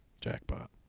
Jackpot